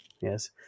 yes